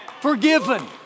Forgiven